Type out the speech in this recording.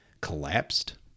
collapsed